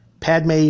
Padme